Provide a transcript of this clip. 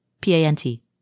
P-A-N-T